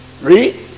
Read